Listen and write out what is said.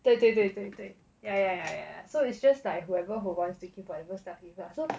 对对对对对 ya yeah yeah so it's just like whoever who wants to give whatever stuff give lah so